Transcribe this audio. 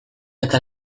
eta